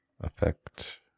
Effect